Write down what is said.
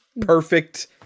Perfect